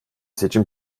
seçim